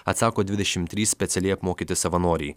atsako dvidešimt trys specialiai apmokyti savanoriai